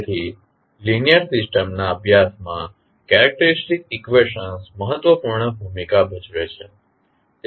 તેથી linear systems ના અભ્યાસમાં કેરેક્ટેરીસ્ટીક ઇકવેશનસ મહત્વપૂર્ણ ભૂમિકા ભજવે છે